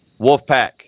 wolfpack